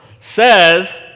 says